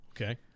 Okay